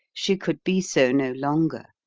she could be so no longer.